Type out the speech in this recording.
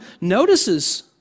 notices